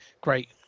great